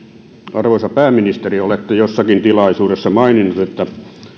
arvoisa pääministeri olette jossakin tilaisuudessa maininnut että